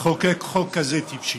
לחוקק חוק כזה טיפשי,